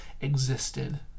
existed